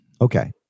Okay